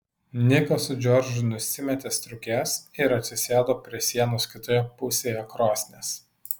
nikas su džordžu nusimetė striukes ir atsisėdo prie sienos kitoje pusėje krosnies